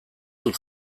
dut